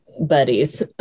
buddies